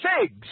figs